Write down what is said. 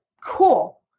Cool